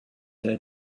their